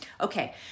Okay